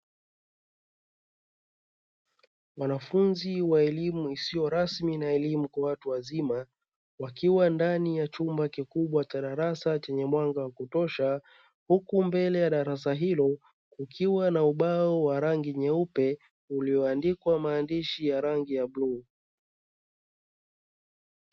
Wanafunzi wa elimu isiyo rasmi na elimu kwa watu wazima, wakiwa ndani ya chumba kikubwa cha darasa chenye mwanga wa kutosha, huku mbele ya darasa hilo kukiwa na ubao wa rangi nyeupe ulioandikwa maandishi ya rangi ya bluu.